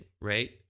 right